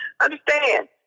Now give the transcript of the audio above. Understand